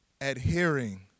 adhering